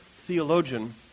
theologian